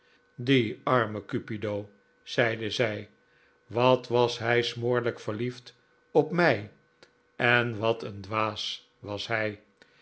die arme cupido zeide zij wat was hij smoorlijk verliefd op mij en wat een dwaas was hij